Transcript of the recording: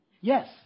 Yes